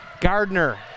Gardner